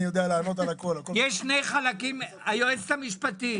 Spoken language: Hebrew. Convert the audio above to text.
היועצת המשפטית,